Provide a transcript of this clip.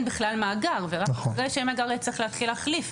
בכלל מאגר ורק אחרי שיהיה מאגר נצטרך להתחיל להחליף.